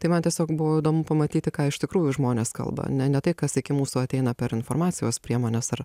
tai man tiesiog buvo įdomu pamatyti ką iš tikrųjų žmonės kalba ne ne tai kas iki mūsų ateina per informacijos priemones ar